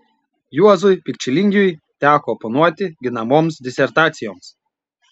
juozui pikčilingiui teko oponuoti ginamoms disertacijoms